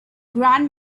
grand